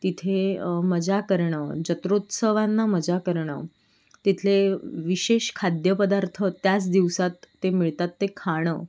तिथे मजा करणं जत्रोत्सवांना मजा करणं तिथले विशेष खाद्यपदार्थ त्याच दिवसात ते मिळतात ते खाणं